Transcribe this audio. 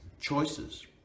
choices